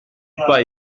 pas